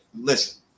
Listen